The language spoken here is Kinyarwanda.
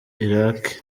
iraq